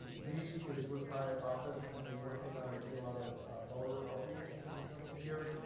he is with my office and working on doing a lot of voter outreach in the coming year,